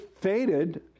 faded